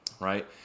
right